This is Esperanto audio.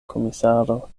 komisaro